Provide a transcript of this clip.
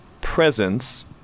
presence